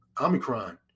Omicron